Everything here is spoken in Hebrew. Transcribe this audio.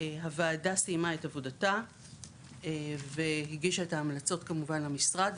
הוועדה סיימה את עבודתה והגישה את ההמלצות כמובן למשרד,